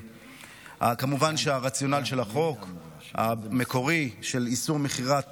כמובן שהרציונל של החוק המקורי של איסור מכירת